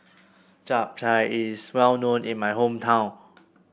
Chap Chai is well known in my hometown